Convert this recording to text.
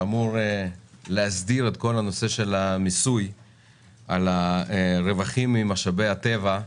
שאמור להסדיר את כל הנושא של המיסוי על הרווחים ממשאבי הטבע,